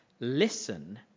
Listen